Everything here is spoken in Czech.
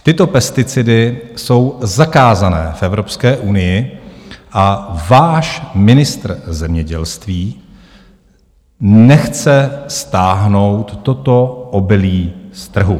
Tyto pesticidy jsou zakázané v Evropské unii a váš ministr zemědělství nechce stáhnout toto obilí z trhu.